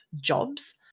jobs